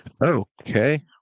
Okay